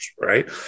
right